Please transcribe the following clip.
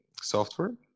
software